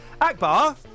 Akbar